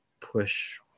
push